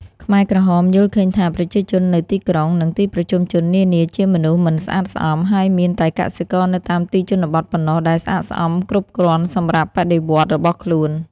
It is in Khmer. ខ្មែរក្រហមយល់ឃើញថាប្រជាជននៅទីក្រុង និងទីប្រជុំជននានាជាមនុស្សមិនស្អាតស្អំ ហើយមានតែកសិករនៅតាមទីជនបទប៉ុណ្ណោះដែលស្អាតស្អំគ្រប់គ្រាន់សម្រាប់បដិវត្តន៍របស់ខ្លួន។